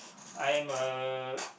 I'm a